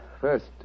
first